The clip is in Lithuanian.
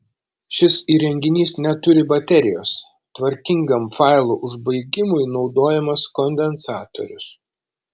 šis įrenginys neturi baterijos tvarkingam failų užbaigimui naudojamas kondensatorius